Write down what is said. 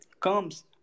comes